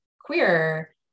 queer